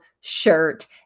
shirt